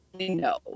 No